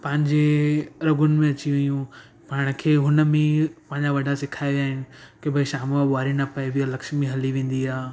पंहिंजे रॻुन में अची वियूं पाण खे हुनमें पंहिंजा वॾा सेखारे विया आहिनि की भाई शाम जो ॿुहारी न पाएबी आहे लक्ष्मी हली वेंदी आहे